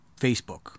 Facebook